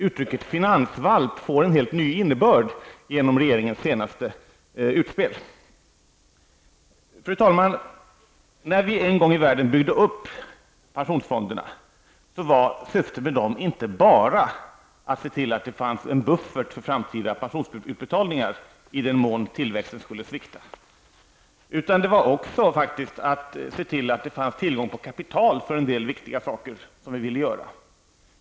Utttrycket finansvalp får en helt ny innebörd genom regeringens senaste utspel. Fru talman! När vi en gång i världen byggde upp pensionsfonderna, var syftet med dem inte bara att se till att det fanns en buffert för framtida pensionsutbetalningar i den mån tillväxten skulle svikta. Det var faktsikt också att se till att det fanns tillgång på kapital för en del viktiga saker som vi ville göra.